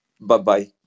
Bye-bye